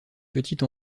petite